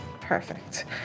Perfect